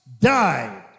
died